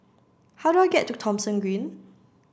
how do I get to Thomson Green